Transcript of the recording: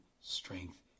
strength